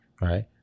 right